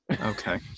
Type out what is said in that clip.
Okay